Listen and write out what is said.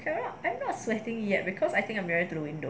I'm not sweating yet because I think I am nearer to the window